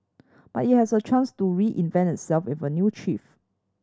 but it has a chance to reinvent itself with a new chief